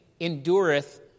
endureth